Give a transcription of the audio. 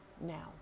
now